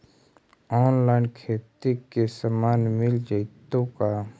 Online खेती के सामान मिल जैतै का?